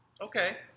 Okay